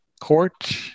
court